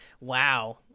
wow